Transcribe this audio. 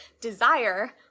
desire